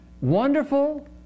wonderful